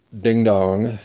ding-dong